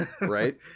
Right